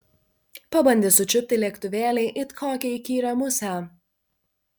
pabandė sučiupti lėktuvėlį it kokią įkyrią musę